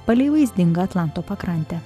palei vaizdingą atlanto pakrantę